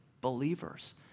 believers